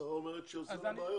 השרה אומרת שעושים לה בעיות.